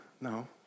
No